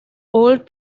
old